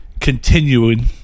continuing